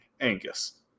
Angus